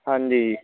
ਹਾਂਜੀ